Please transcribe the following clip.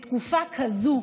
בתקופה כזאת,